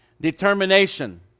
determination